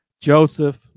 joseph